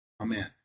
Amen